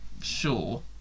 sure